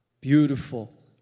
beautiful